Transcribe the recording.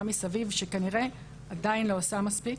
מסביב שכנראה עדיין לא עושה מספיק.